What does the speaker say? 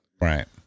right